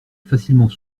facilement